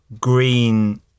Green